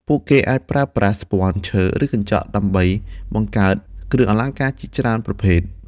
ពួកគេអាចប្រើប្រាស់ ស្ពាន់ ឈើ ឬកញ្ចក់ ដើម្បីបង្កើតគ្រឿងអលង្ការជាច្រើនប្រភេទ។